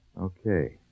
Okay